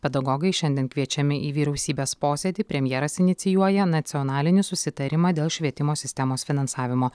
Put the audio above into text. pedagogai šiandien kviečiami į vyriausybės posėdį premjeras inicijuoja nacionalinį susitarimą dėl švietimo sistemos finansavimo